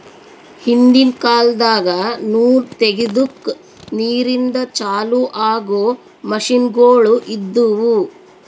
ಹಿಂದಿನ್ ಕಾಲದಾಗ ನೂಲ್ ತೆಗೆದುಕ್ ನೀರಿಂದ ಚಾಲು ಆಗೊ ಮಷಿನ್ಗೋಳು ಇದ್ದುವು